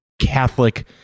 catholic